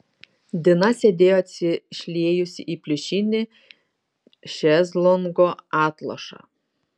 dina sėdėjo atsišliejusi į pliušinį šezlongo atlošą